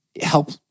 help